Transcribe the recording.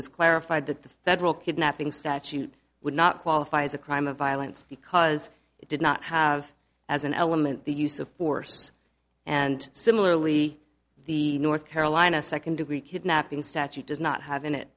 was clarified that the federal kidnapping statute would not qualify as a crime of violence because it did not have as an element the use of force and similarly the north carolina second degree kidnapping statute does not have in it